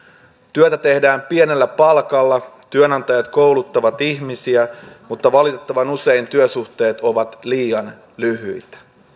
työtä tehdään pienellä palkalla työnantajat kouluttavat ihmisiä mutta valitettavan usein työsuhteet ovat liian lyhyitä